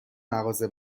مغازه